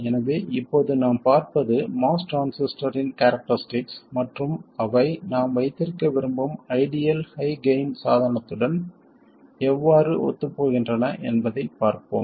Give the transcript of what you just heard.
எனவே இப்போது நாம் பார்ப்பது MOS டிரான்சிஸ்டரின் கேரக்டரிஸ்டிக்ஸ் மற்றும் அவை நாம் வைத்திருக்க விரும்பும் ஐடியல் ஹை கெய்ன் சாதனத்துடன் எவ்வாறு ஒத்துப்போகின்றன என்பதைப் பார்ப்போம்